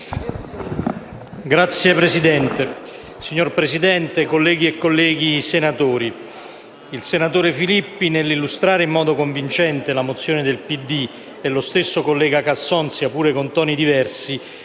*(PD)*. Signor Presidente, colleghe e colleghi senatori, il senatore Filippi, nell'illustrare in modo convincente la mozione del PD, e lo stesso collega Casson, sia pure con toni diversi,